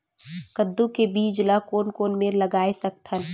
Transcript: कददू के बीज ला कोन कोन मेर लगय सकथन?